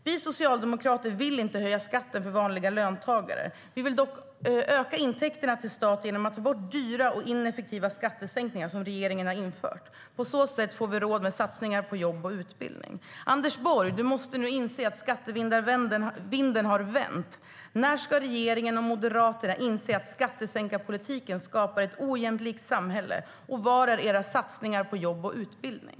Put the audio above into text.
Vi socialdemokrater vill inte höja skatten för vanliga löntagare; vi vill i stället öka intäkterna till staten genom att ta bort dyra och ineffektiva skattesänkningar som regeringen har infört. På så sätt får vi råd med satsningar på jobb och utbildning. Anders Borg! Du måste inse att skattesänkarvinden har vänt. När ska regeringen och Moderaterna inse att skattesänkningspolitiken skapar ett ojämlikt samhälle, och var är era satsningar på jobb och utbildning?